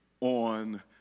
on